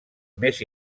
més